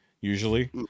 usually